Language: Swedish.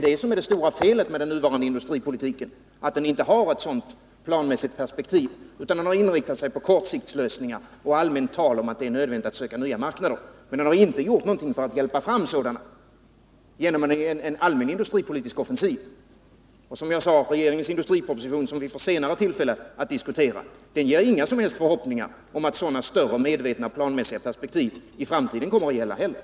Det stora felet med den nuvarande industripolitiken är att den inte har ett sådant planmässigt perspektiv. Man har i stället inriktat sig på kortsiktiga lösningar och fört ett allmänt tal om att det är nödvändigt att skapa nya marknader. Men man har inte gjort någonting för att få fram dessa nya marknader genom en offensiv allmän industripolitik. Regeringens industripolitiska proposition, som vi senare får tillfälle att diskutera, ger — som jag sade — inga som helst förhoppningar om att man i framtiden kommer att arbeta efter sådana medvetet planmässiga perspektiv.